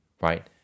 right